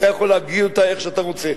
אתה יכול להגיד אותה איך שאתה רוצה.